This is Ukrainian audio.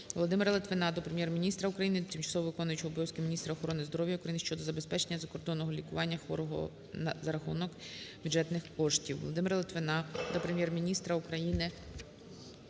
Володимира Литвина до Прем'єр-міністра України, тимчасово виконуючої обов'язки міністра охорони здоров'я України щодо забезпечення закордонного лікування хворого за рахунок бюджетних коштів.